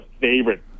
favorite